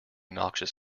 noxious